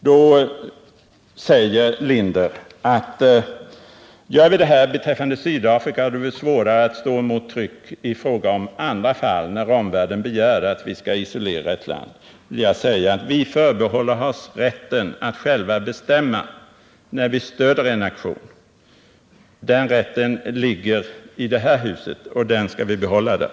Då säger Staffan Burenstam Linder att om vi är med om att isolera Sydafrika så blir det svårare för oss att stå emot tryck i andra fall när omvärlden begär att vi skall isolera något annat land. Till det vill jag säga: Vi förbehåller oss rätten att själva bestämma när vi stöder en aktion. Den rätten ligger i det här huset, och den skall vi behålla där.